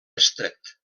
estret